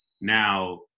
Now